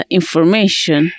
information